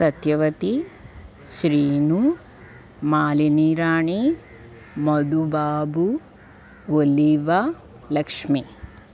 సత్యవతి శ్రీను మాలినీరాణి మధుబాబు ఒలీవ లక్ష్మి